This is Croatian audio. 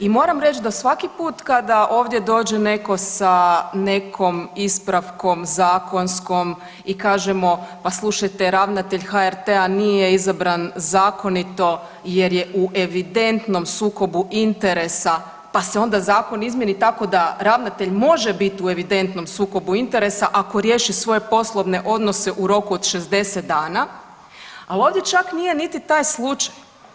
I moram reći da svaki put kada ovdje dođe netko sa nekom ispravkom zakonskom i kažemo, pa slušajte, ravnatelj HRT-a nije izabran zakonito jer je u evidentnom sukobu interesa pa se onda zakon izmijeni tako da ravnatelj može biti u evidentnom sukobu interesa ako riješi svoje poslovne odnose u roku od 60 dana, ali ovdje čak nije niti taj slučaj.